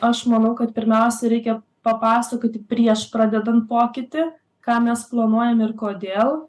aš manau kad pirmiausia reikia papasakoti prieš pradedant pokytį ką mes planuojam ir kodėl